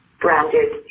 branded